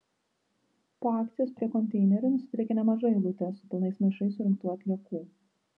po akcijos prie konteinerių nusidriekė nemaža eilutė su pilnais maišais surinktų atliekų